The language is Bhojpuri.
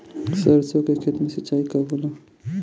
सरसों के खेत मे सिंचाई कब होला?